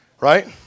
Right